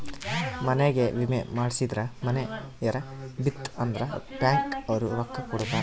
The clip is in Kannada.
ಮನಿಗೇ ವಿಮೆ ಮಾಡ್ಸಿದ್ರ ಮನೇ ಯೆನರ ಬಿತ್ ಅಂದ್ರ ಬ್ಯಾಂಕ್ ಅವ್ರು ರೊಕ್ಕ ಕೋಡತರಾ